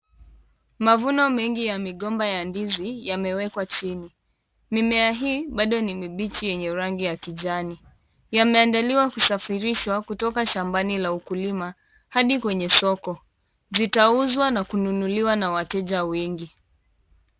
Mavuno mengi ya migomba ya ndizi yameekwa chini, mimea hii bado ni mibichi yenye rangi ya kijani, yameandaliwa kusafirishwa kutoka shambani la ukulima hadi kwenye soko, zitauzwa na kununuliwa na wateja wengi.